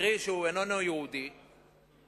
קרי שהוא איננו יהודי, הוא